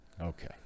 Okay